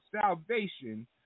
salvation